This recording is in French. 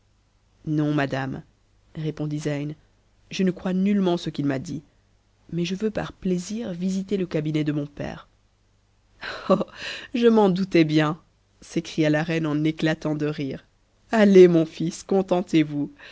non madame répondit zeyn je ne crois nullement ce qu'il m'a dit mais je veux par plaisir visiter le cabinet de mon père oh je m'en doutais bien s'écria la reine en éclatant de rire allez mon fils